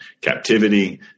captivity